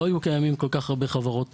קיימות כל כך הרבה חברות.